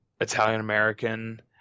Italian-American